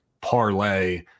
parlay